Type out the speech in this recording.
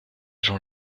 gens